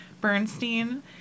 Bernstein